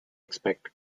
expect